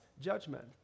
judgment